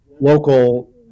local